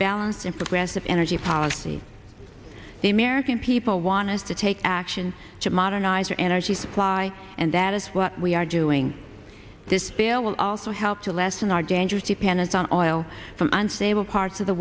balance in progressive energy policy the american people want us to take action to modernize our energy supply and that is what we are doing this bill will also help to lessen our dangerous dependence on oil from unstable parts of the